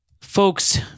folks